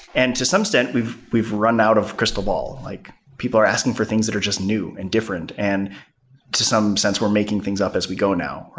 and to some extent, we've we've run out of crystal ball. like people are asking for things that are just new and different and to some sense were making things up as we go now.